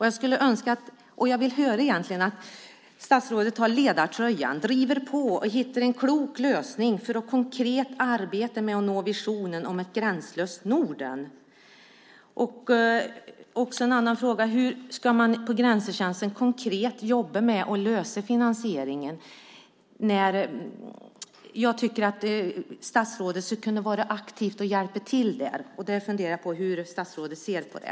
Jag skulle vilja att statsrådet tar på sig ledartröjan, driver på och hittar en klok lösning för att konkret arbeta med att nå visionen om ett gränslöst Norden. En annan fråga är hur man på Grensetjänsten konkret ska jobba med att lösa finansieringen. Jag tycker att statsrådet skulle kunna vara aktiv och hjälpa till där. Jag undrar hur statsrådet ser på det.